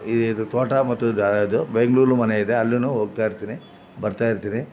ಇದು ತೋಟ ಮತ್ತು ದನದ್ದು ಬೆಂಗ್ಳೂರಲ್ಲೂ ಮನೆ ಇದೆ ಅಲ್ಲೂ ಹೋಗ್ತಾಯಿರ್ತೀನಿ ಬರ್ತಾಯಿರ್ತೀನಿ